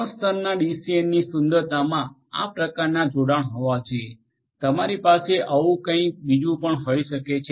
ત્રણ સ્તરના ડીસીએનની સુંદરતામાં આ પ્રકારના જોડાણ હોવા જોઈએ તમારી પાસે આવું કંઈક બીજું પણ હોઈ શકે છે